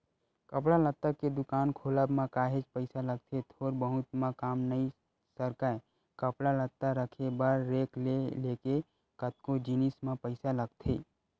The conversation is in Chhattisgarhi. कपड़ा लत्ता के दुकान खोलब म काहेच पइसा लगथे थोर बहुत म काम नइ सरकय कपड़ा लत्ता रखे बर रेक ले लेके कतको जिनिस म पइसा लगथे